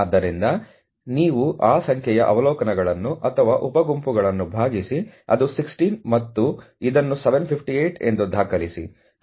ಆದ್ದರಿಂದ ನೀವು ಆ ಸಂಖ್ಯೆಯ ಅವಲೋಕನಗಳನ್ನು ಅಥವಾ ಉಪ ಗುಂಪುಗಳನ್ನು ಭಾಗಿಸಿ ಅದು 16 ಮತ್ತು ಇದನ್ನು 758 ಎಂದು ದಾಖಲಿಸಿ